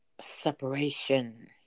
separation